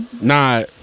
nah